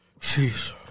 Sheesh